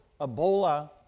Ebola